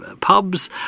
pubs